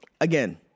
Again